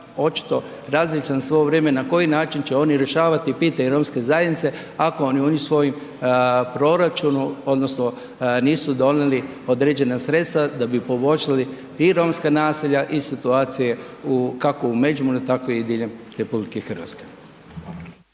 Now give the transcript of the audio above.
očito razmišljam sve ovo vrijeme na koji način će oni rješavati pitanje romske zajednice, ako oni u svojem proračunu odnosno nisu donijeli određena sredstva da bi poboljšali i romska naselja i situacije u, kako u Međimurju tako i diljem RH.